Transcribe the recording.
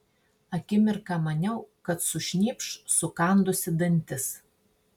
akimirką maniau kad sušnypš sukandusi dantis